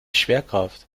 schwerkraft